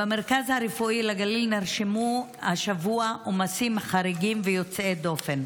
במרכז הרפואי לגליל נרשמו השבוע עומסים חריגים ויוצאי דופן.